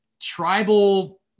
tribal